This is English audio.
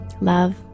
Love